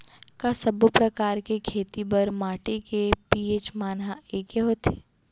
का सब्बो प्रकार के खेती बर माटी के पी.एच मान ह एकै होथे?